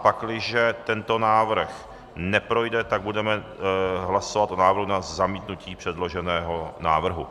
Pakliže tento návrh neprojde, tak budeme hlasovat o návrhu na zamítnutí předloženého návrhu.